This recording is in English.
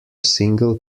single